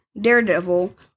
Daredevil